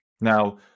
Now